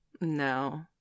No